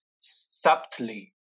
subtly